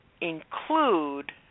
include